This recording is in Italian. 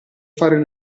fare